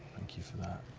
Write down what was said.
thank you for that.